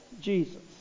Jesus